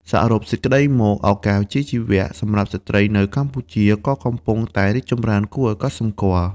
សរុបសេចក្តីមក ឱកាសវិជ្ជាជីវៈសម្រាប់ស្ត្រីនៅកម្ពុជាក៏កំពុងតែរីកចម្រើនគួរឱ្យកត់សម្គាល់។